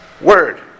word